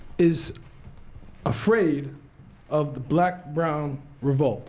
is afraid of the black brown revolt